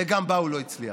וגם בה הוא לא הצליח.